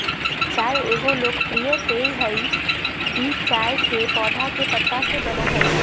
चाय एगो लोकप्रिय पेय हइ ई चाय के पौधा के पत्ता से बनो हइ